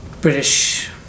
British